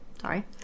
Sorry